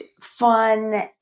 fun